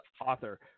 author